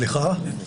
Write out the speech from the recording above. צא בבקשה.